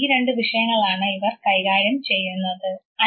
ഈ രണ്ടു വിഷയങ്ങളാണ് ഇവർ കൈകാര്യം ചെയ്യുന്നത്